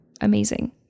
amazing